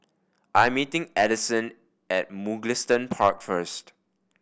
I am meeting Adison at Mugliston Park first